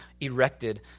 erected